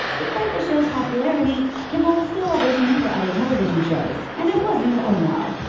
despite the show's popularity, kimmel was still auditioning for other television shows, and it wasn't going well.